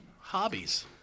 Hobbies